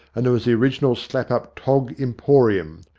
and there was the original slap-up tog emporium,